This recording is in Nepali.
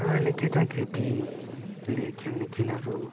र अहिले केटाकेटीले खेल्ने खेलहरू